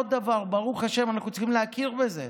עוד דבר: ברוך השם, אנחנו צריכים להכיר בזה,